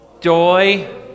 joy